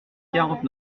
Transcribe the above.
quarante